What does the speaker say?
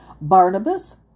Barnabas